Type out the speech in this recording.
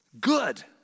good